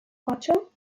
ocho